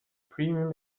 premium